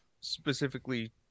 specifically